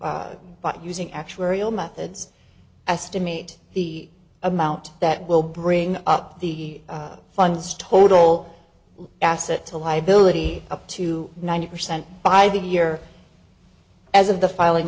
by using actuarial methods estimate the amount that will bring up the funds total asset to liability up to ninety percent by the year as of the filing